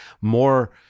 more